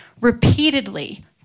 repeatedly